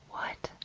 what?